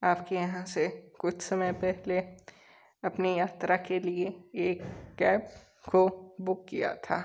आपके यहाँ से कुछ समय पहले अपनी यात्रा के लिए एक कैब को बुक किया था